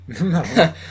No